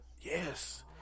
Yes